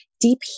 deep